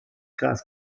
gas